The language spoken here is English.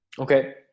Okay